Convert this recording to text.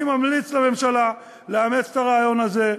אני ממליץ לממשלה לאמץ את הרעיון הזה.